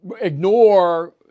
ignore